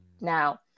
Now